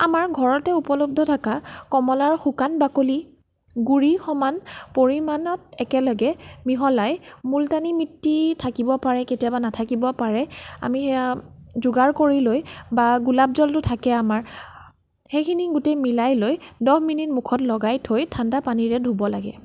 আমাৰ ঘৰতে উপলব্ধ থকা কমলাৰ শুকান বাকলি গুৰি সমান পৰিমাণত একেলগে মিহলাই মুলতানি মিট্টি থাকিব পাৰে কেতিয়াবা নাথাকিব পাৰে আমি সেয়া যোগাৰ কৰি লৈ বা গোলাপ জলতো থাকে আমাৰ সেইখিনি গোটেই মিলাই লৈ দহ মিনিট মুখত লগাই থৈ ঠাণ্ডা পানীৰে ধুব লাগে